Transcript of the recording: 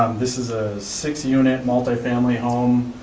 this is a six-unit, multi-family home,